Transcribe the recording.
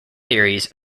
theories